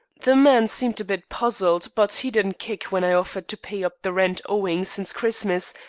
the man seemed a bit puzzled, but he didn't kick when i offered to pay up the rent owing since christmas,